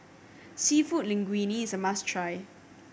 Seafood Linguine is a must try